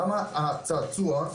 אז למה את הצעצוע,